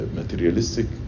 materialistic